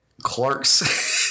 Clark's